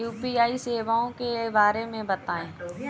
UPI सेवाओं के बारे में बताएँ?